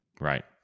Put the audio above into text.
Right